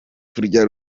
kurya